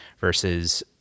versus